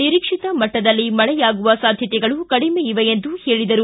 ನಿರೀಕ್ಷಿತ ಮಟ್ಟದಲ್ಲಿ ಮಳೆಯಾಗುವ ಸಾಧ್ಯತೆಗಳು ಕಡಿಮೆ ಇವೆ ಎಂದರು